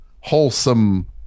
wholesome